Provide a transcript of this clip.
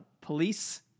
police